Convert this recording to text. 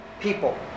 people